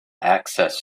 access